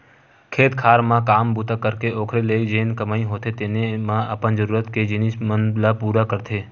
खेत खार म काम बूता करके ओखरे ले जेन कमई होथे तेने म अपन जरुरत के जिनिस मन ल पुरा करथे